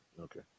okay